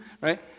Right